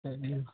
ਅੱਛਾ ਜੀ